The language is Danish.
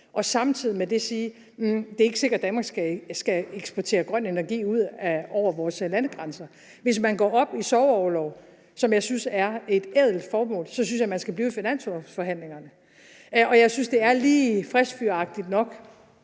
og samtidig med det sige: Hm, det er ikke sikkert, at Danmark skal eksportere grøn energi ud over vores landegrænser. Hvis man går op i sorgorlov, som jeg synes er en ædel sag, så synes jeg, at man skal blive i finanslovsforhandlingerne. Og jeg synes, at det er lige frisk fyr-agtigt nok